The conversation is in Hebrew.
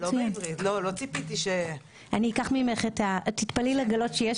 אקח ממך את הפרטים.